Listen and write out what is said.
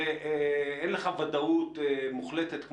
אין לך ודאות מוחלטת,